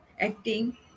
acting